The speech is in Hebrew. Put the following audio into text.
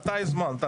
אתה הזמנת.